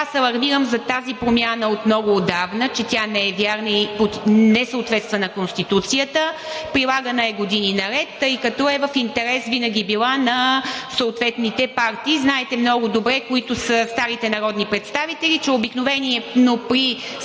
Аз алармирам за тази промяна от много отдавна, че тя не е вярна и не съответства на Конституцията, прилагана е години наред, тъй като винаги е била в интерес на съответните партии. Знаете много добре – старите народни представители, че обикновено при спорни